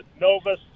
Novus